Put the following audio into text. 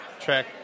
track